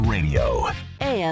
Radio